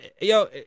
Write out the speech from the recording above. yo